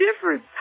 difference